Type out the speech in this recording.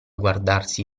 guardarsi